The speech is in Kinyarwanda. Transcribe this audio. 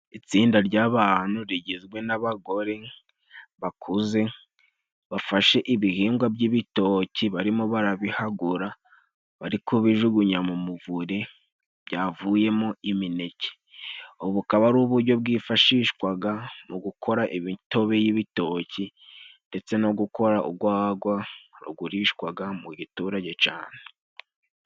Itsinda ry'abantu rigizwe n'abagore bakuze, bafashe ibihingwa by'ibitoki barimo barabihagura bari kubijugunya mu muvure byavuyemo imineke. Ubu bukaba ari uburyo bwifashishwaga mu gukora imitobe y'ibitoki, ndetse no gukora urwagwa rugurishwaga mu giturage cane.